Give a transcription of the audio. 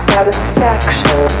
Satisfaction